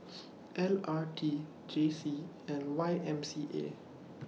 L R T J C and Y M C A